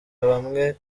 bamwe